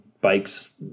bikes